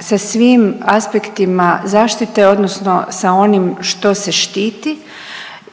se svim aspektima zaštite odnosno sa onim što se štiti